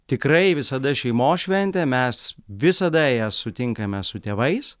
tikrai visada šeimos šventė mes visada jas sutinkame su tėvais